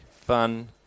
fun